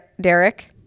Derek